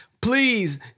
Please